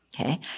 Okay